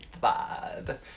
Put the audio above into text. bad